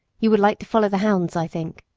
you would like to follow the hounds, i think.